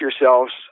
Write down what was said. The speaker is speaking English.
yourselves